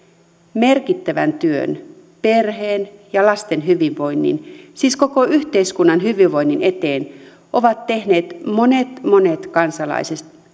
merkittävän työn perheen ja lasten hyvinvoinnin siis koko yhteiskunnan hyvinvoinnin eteen ovat tehneet monet monet kansalaiset